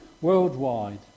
worldwide